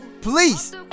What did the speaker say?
please